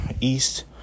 East